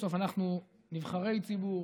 בסוף אנחנו נבחרי ציבור,